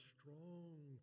strong